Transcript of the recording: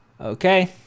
Okay